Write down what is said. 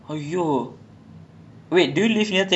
ya the culture there really good lah